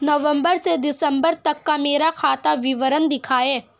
नवंबर से दिसंबर तक का मेरा खाता विवरण दिखाएं?